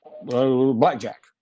Blackjack